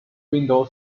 window